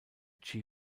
chi